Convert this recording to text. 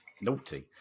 Naughty